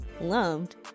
loved